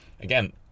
again